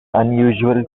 unusual